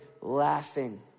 laughing